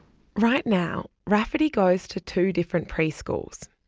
right now, rafferty goes to two different preschools.